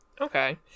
okay